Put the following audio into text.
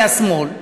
מהשמאל,